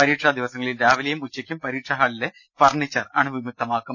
പരീക്ഷ ദിവസങ്ങളിൽ രാവിലെയും ഉച്ചയ്ക്കും പരീക്ഷ ഹാളിലെ ഫർണിച്ചർ അണുവിമുക്തമാക്കും